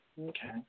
Okay